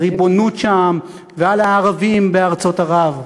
הריבונות שם, ועל הערבים בארצות ערב,